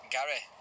Gary